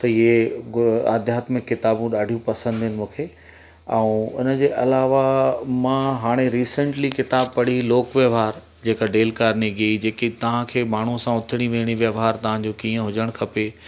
त इहे आध्यात्मिक किताबूं ॾाढियूं पसंदि आहिनि मूंखे ऐं इन जे अलावा मां हाणे रीसेंटली किताब पढ़ी लोक व्यवहार जेका डेल कार्निगी जी जेका तव्हां खे माण्हूअ सां उथड़ी वेहड़ी व्यवहार तव्हां जो कीअं हुजणु खपे